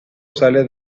sale